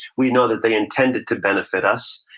we know that they intended to benefit us,